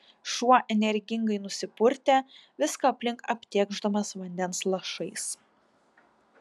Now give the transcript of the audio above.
šuo energingai nusipurtė viską aplink aptėkšdamas vandens lašais